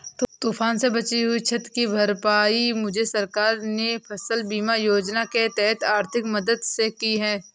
तूफान से पहुंची क्षति की भरपाई मुझे सरकार ने फसल बीमा योजना के तहत आर्थिक मदद से की है